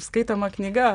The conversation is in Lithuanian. skaitoma knyga